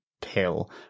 pill